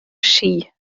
ski